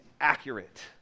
accurate